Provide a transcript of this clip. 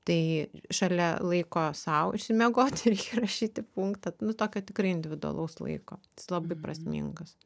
tai šalia laiko sau išsimiegoti reik įrašyti punktą nu tokio tikrai individualaus laiko jis labai prasmingas